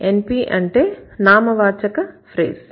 NP అంటే నామవాచక phrase